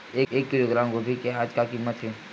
एक किलोग्राम गोभी के आज का कीमत हे?